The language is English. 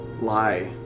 lie